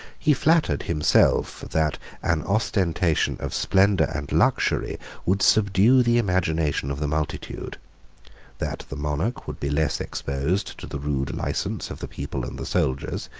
he flattered himself, that an ostentation of splendor and luxury would subdue the imagination of the multitude that the monarch would be less exposed to the rude license of the people and the soldiers,